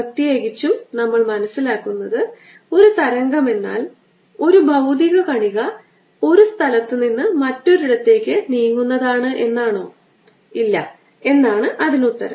പ്രത്യേകിച്ചും നമ്മൾ മനസ്സിലാക്കുന്നത് ഒരു തരംഗം എന്നാൽ ഒരു ഭൌതിക കണിക ഒരു സ്ഥലത്ത് നിന്ന് മറ്റൊരിടത്തേക്ക് നീങ്ങുന്നതാണ് എന്നാണോ ഇല്ല എന്നാണ് അതിനുത്തരം